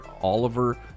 Oliver